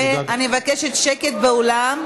ואני מבקשת שקט באולם,